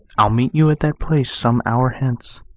i'll meet you at that place some hour hence.